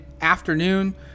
afternoon